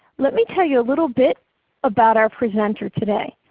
let me tell you a little bit about our presenter today.